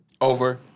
Over